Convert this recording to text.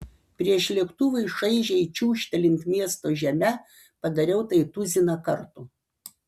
prieš lėktuvui šaižiai čiūžtelint miesto žeme padariau tai tuziną kartų